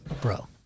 bro